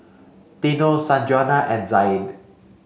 Dino Sanjuana and Zaid